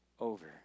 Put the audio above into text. over